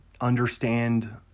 understand